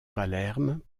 palerme